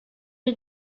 you